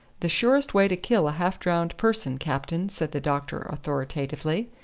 the surest way to kill a half-drowned person, captain, said the doctor authoritatively.